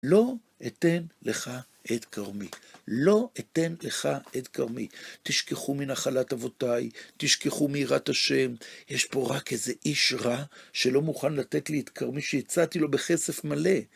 לא אתן לך את כרמי, לא אתן לך את כרמי. תשכחו מנחלת אבותיי, תשכחו מיראת השם, יש פה רק איזה איש רע, שלא מוכן לתת לי עת כרמי שהצעתי לו בכסף מלא.